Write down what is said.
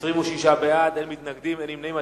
26 בעד, אין מתנגדים ואין נמנעים.